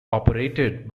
operated